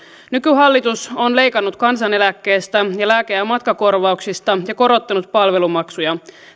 nykyhallitus on leikannut kansaneläkkeestä ja lääke ja matkakorvauksista ja korottanut palvelumaksuja